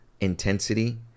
intensity